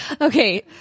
Okay